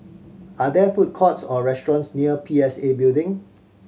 are there food courts or restaurants near P S A Building